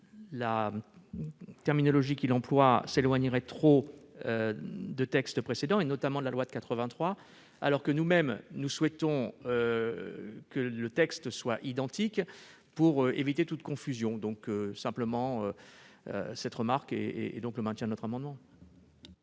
la terminologie qu'il emploie s'éloignerait trop des textes précédents, et notamment de la loi de 1983, tandis que nous-mêmes souhaitons que le texte soit identique pour éviter toute confusion. Cette remarque justifie que nous maintenions notre amendement.